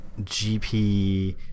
GP